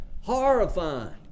horrifying